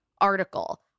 Article